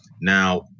Now